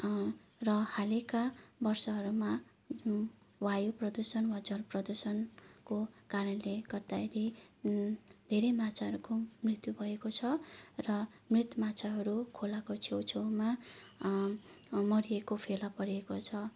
र हालैका वर्षहरूमा वायु प्रदूषण वा जल प्रदूषणको कारणले गर्दाखेरि धेरै माछाहरूको मृत्यु भएको छ र मृत माछाहरू खोलाको छेउछेउमा मरिएको फेलापरेको छ